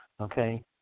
Okay